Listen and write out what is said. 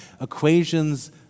equations